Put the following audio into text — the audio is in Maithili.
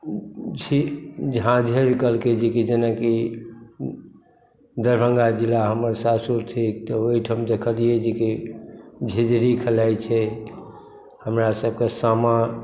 झी झाँझैर कहलकै जेना कि दरभङ्गा जिला हमर सासुर थिक तऽ ओहिठाम देखलियै जे कि झिझिरी खेलाइत छै हमरासभके सामा